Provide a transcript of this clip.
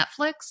Netflix